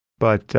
but